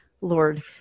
Lord